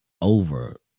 over